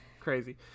crazy